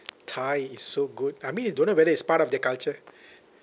thai is so good I mean it don't know whether it's part of their culture